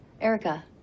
Erica